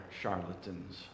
charlatans